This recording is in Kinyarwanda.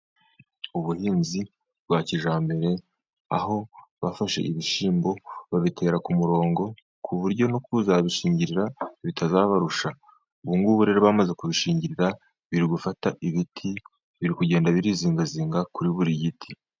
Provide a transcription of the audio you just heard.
Ubuhinzi bwa kijyambere, aho bafashe ibishyimbo babitera ku murongo, ku buryo no kuzabishingirira bitazabarusha, ubungubu rero bamaze kubishingirira, biri gufata ibiti, biri kugenda birizingazinga, kuri buri giti.